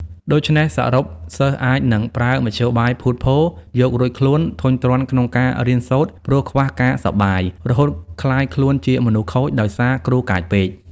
ដូច្នេះ សរុបសិស្សអាចនឹងប្រើមធ្យោបាយភូតភរ យករួចខ្លួន ធុញទ្រាន់ក្នុងការរៀនសូត្រ ព្រោះខ្វះការសប្បាយ រហូតក្លាយខ្លួនជាមនុស្សខូច ដោយសារគ្រូកាចពេក ។